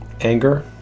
anger